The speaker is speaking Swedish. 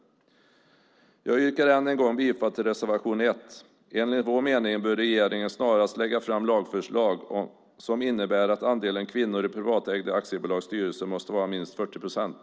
Jag yrkar än en gång bifall till reservation 1. Enligt vår mening bör regeringen snarast lägga fram lagförslag som innebär att andelen kvinnor i privatägda aktiebolags styrelser måste vara minst 40 procent.